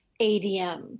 ADM